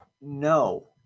No